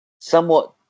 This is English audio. somewhat